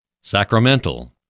Sacramental